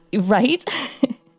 Right